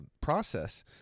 process